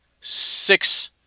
six